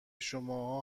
شماها